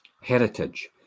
Heritage